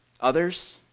Others